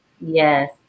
Yes